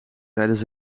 tijdens